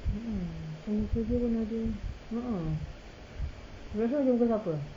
hmm macam muka dia pun ada ah ah raisya muka siapa